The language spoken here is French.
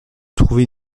trouver